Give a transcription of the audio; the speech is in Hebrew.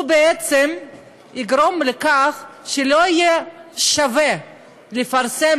בעצם תגרום לכך שלא יהיה שווה לפרסם